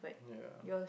ya